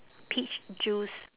peach juice